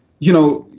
you know,